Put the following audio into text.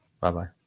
Bye-bye